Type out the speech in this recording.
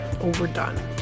overdone